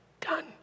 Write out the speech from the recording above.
done